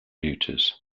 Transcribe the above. duties